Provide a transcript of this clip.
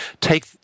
take